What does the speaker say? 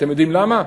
אתם יודעים למה?